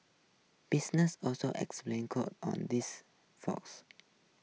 businesses also explain on this